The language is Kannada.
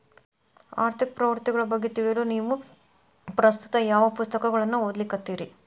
ಆರ್ಥಿಕ ಪ್ರವೃತ್ತಿಗಳ ಬಗ್ಗೆ ತಿಳಿಯಲು ನೇವು ಪ್ರಸ್ತುತ ಯಾವ ಪುಸ್ತಕಗಳನ್ನ ಓದ್ಲಿಕತ್ತಿರಿ?